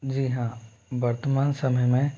जी हाँ वर्तमान समय में